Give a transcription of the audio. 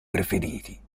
preferiti